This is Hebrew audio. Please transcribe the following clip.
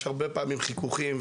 יש הרבה פעמים חיכוכים,